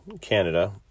Canada